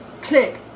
click